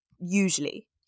usually